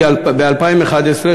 כי ב-2011,